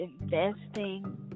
investing